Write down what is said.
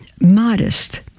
modest